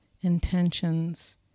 intentions